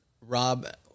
Rob